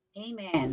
Amen